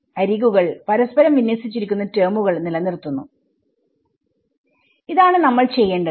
അരികുകൾ പരസ്പരം വിന്യസിച്ചിരിക്കുന്ന ടെർമുകൾ നിലനിർത്തുന്നു ഇതാണ് നമ്മൾ ചെയ്യേണ്ടത്